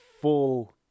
full